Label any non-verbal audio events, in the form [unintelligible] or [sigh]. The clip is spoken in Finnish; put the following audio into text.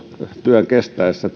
työn kestäessä [unintelligible]